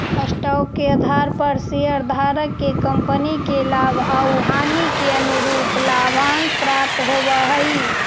stock के आधार पर शेयरधारक के कंपनी के लाभ आउ हानि के अनुरूप लाभांश प्राप्त होवऽ हई